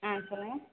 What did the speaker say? ஆ சொல்லுங்கள்